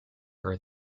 her